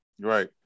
Right